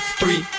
three